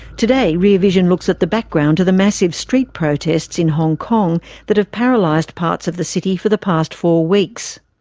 today rear vision looks at the background to the massive street protests in hong kong that have paralysed parts of the city for the past four weeks.